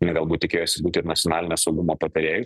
ne galbūt tikėjosi būti ir nacionalinio saugumo patarėju